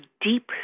deep